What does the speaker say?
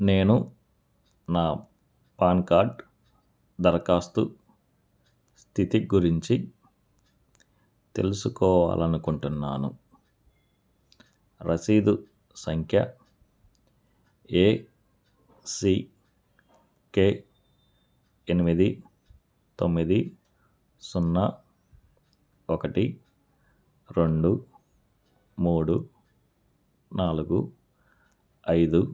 నేను నా PAN card దరఖాస్తు స్థితి గురించి తెలుసుకోవాలనుకుంటున్నాను రశీదు సంఖ్య ఏసీకే ఎనిమిది తొమ్మిది సున్నా ఒకటి రెండు మూడు నాలుగు ఐదు